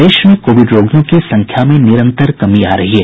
प्रदेश में कोविड रोगियों की संख्या में निरंतर कमी आ रही है